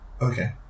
Okay